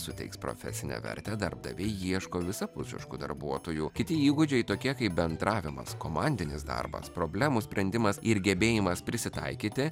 suteiks profesinę vertę darbdaviai ieško visapusiškų darbuotojų kiti įgūdžiai tokie kaip bendravimas komandinis darbas problemų sprendimas ir gebėjimas prisitaikyti